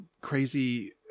crazy